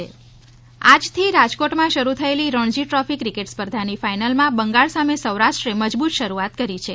Ranji trophy final આજથી રાજકોટમાં શરૂ થયેલી રણજી ટ્રોફી ક્રિકેટ સ્પર્ધાની ફાઇનલમાં બંગાળ સામે સૌરાષ્ટ્રે મજબૂત શરૂઆત કરી છે